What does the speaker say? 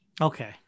Okay